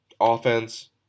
offense